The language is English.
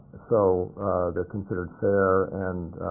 so they're considered fair and